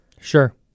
Sure